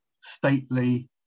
stately